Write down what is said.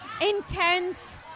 intense